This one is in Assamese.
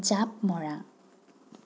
জাপ মৰা